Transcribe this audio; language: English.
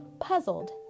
puzzled